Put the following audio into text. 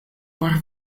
por